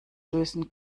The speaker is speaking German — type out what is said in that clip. lösen